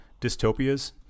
dystopias